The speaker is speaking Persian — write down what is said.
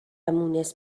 مونس